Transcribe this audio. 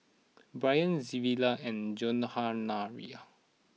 Bryan Williard and Johanna rea